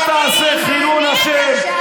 אל תעשה חילול השם.